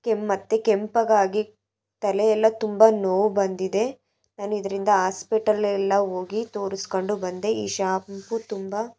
ಕೆಮ್ ಮತ್ತು ಕೆಂಪಗಾಗಿ ತಲೆಯೆಲ್ಲ ತುಂಬ ನೋವು ಬಂದಿದೆ ನಾನು ಇದರಿಂದ ಹಾಸ್ಪೆಟಲೆಲ್ಲ ಹೋಗಿ ತೋರಿಸ್ಕೊಂಡು ಬಂದೆ ಈ ಶಾಂಪು ತುಂಬ